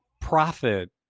profit